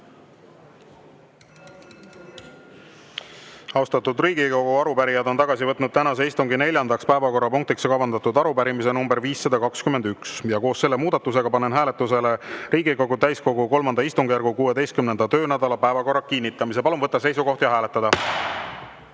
Austatud Riigikogu, arupärijad on tagasi võtnud tänase istungi neljandaks päevakorrapunktiks kavandatud arupärimise nr 521. Koos selle muudatusega panen hääletusele Riigikogu täiskogu III istungjärgu 16. töönädala päevakorra kinnitamise. Palun võtta seisukoht ja hääletada!